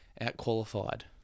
out-qualified